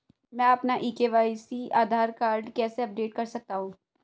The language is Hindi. मैं अपना ई के.वाई.सी आधार कार्ड कैसे अपडेट कर सकता हूँ?